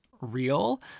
real